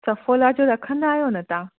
सफोला जो रखंदा अहियो न तां